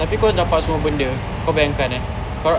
tapi kau dapat semua benda kau bayang kan eh kalau